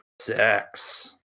sex